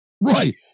Right